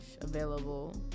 available